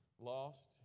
lost